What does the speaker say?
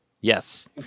Yes